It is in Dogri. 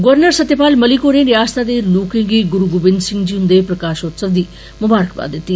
गवर्नर सत्यपाल मलिक होरे रिआसत दे लोके गी गुरु गोविन्द सिंह जी हुन्दे प्रकाषोत्सव दी मुबारकबाद दिती